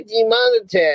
demonetized